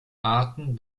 arten